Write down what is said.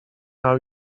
now